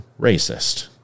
racist